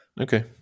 okay